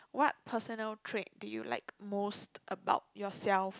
what personal trait do you like most about yourself